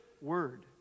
word